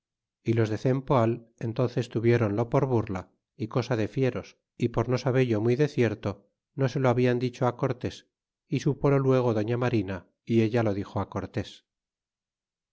y los de cempoal entónces tuvieronlo por burla y cosa de fieros y por no sabello muy de cierto no se lo hablan dicho cortes y súpolo luego doña marina y ella lo dixo cortés